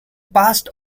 passed